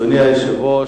אדוני היושב-ראש,